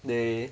they